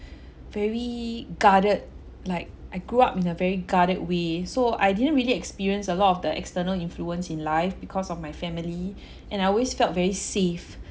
very guarded like I grew up in a very guarded way so I didn't really experience a lot of the external influence in life because of my family and I always felt very safe